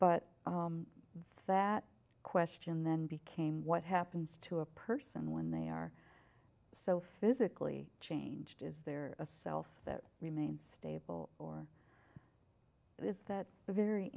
but that question then became what happens to a person when they are so physically changed is there a self that remains stable or is that the very